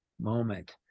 moment